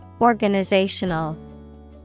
Organizational